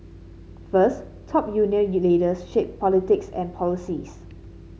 first top union leaders shape politics and policies